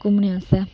घूमने आस्तै